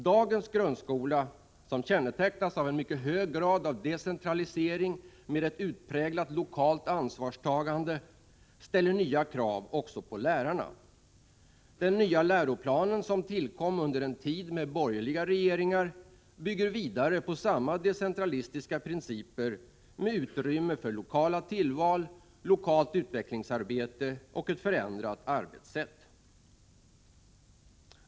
Dagens grundskola, som kännetecknas av en mycket hög grad av decentralisering med ett utpräglat lokalt ansvarstagande, ställer nya krav också på lärarna. Den nya läroplanen, som tillkom under en tid med borgerliga regeringar, bygger vidare på samma decentralistiska principer med utrymme för lokala tillval, lokalt utvecklingsarbete och ett förändrat arbetssätt.